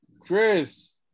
Chris